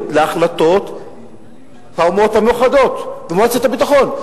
וזו מדינה שרומסת את החלטות מועצת הביטחון.